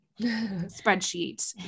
spreadsheet